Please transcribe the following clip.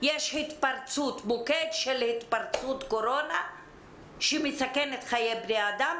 יש מוקד של התפרצות קורונה שמסכן את חיי בני האדם,